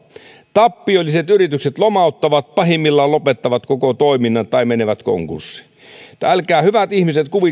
tappiolliset yritykset lomauttavat pahimmillaan lopettavat koko toiminnan tai menevät konkurssiin että älkää hyvät ihmiset